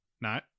no